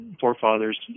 forefathers